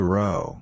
row